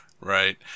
Right